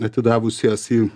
atidavusias į